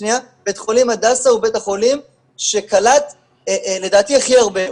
בית חולים הדסה הוא בית החולים שקלט לדעתי הכי הרבה,